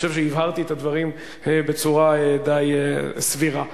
ואני חושב שהבהרתי את הדברים בצורה די סבירה.